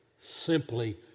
simply